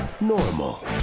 normal